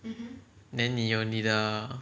then 你有你的